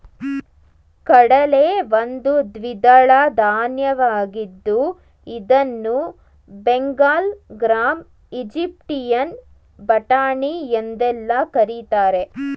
ಕಡಲೆ ಒಂದು ದ್ವಿದಳ ಧಾನ್ಯವಾಗಿದ್ದು ಇದನ್ನು ಬೆಂಗಲ್ ಗ್ರಾಂ, ಈಜಿಪ್ಟಿಯನ್ ಬಟಾಣಿ ಎಂದೆಲ್ಲಾ ಕರಿತಾರೆ